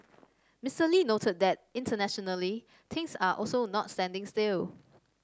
Mister Lee noted that internationally things are also not standing still